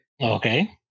Okay